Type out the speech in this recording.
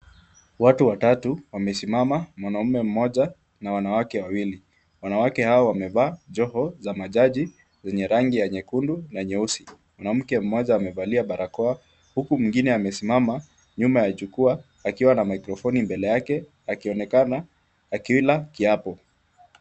Watu watatu wamesimama. Mwanaume mmoja na wanawake wawili. Wanawake hao wamevaa joho za majaji zenye rangi ya nyekundu na nyeusi. Mwanamke mmoja amevalia barakoa huku mwingine amesimama nyuma ya jukwaa akiwa na maikrofoni mbele yake akionekana akila kiapo.